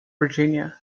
virginia